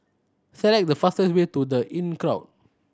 select the fastest way to The Inncrowd